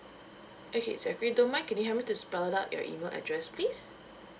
okay zachary don't mind can you help me to spell it out your email address please